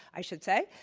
i should say.